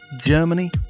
Germany